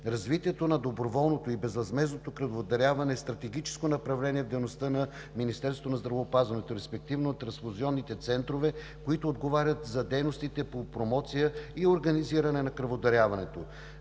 Развитието на доброволното и безвъзмездното кръводаряване е стратегическо направление в дейността на Министерството на здравеопазването, респективно на трансфузионните центрове, които отговарят за дейностите по промоция и организиране на кръводаряването.